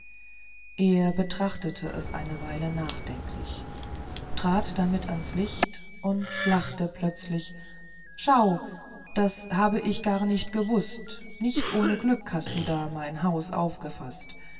er betrachtete es eine weile nachdenklich trat damit ans licht und lachte plötzlich schau das hab ich gar nicht gewußt nicht ohne glück hast du da mein haus aufgefaßt